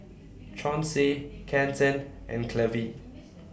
Chauncey Kenton and Clevie